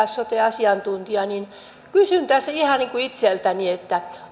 sote asiantuntija niin kysyn tässä ihan niin kuin itseltäni